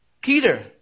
Peter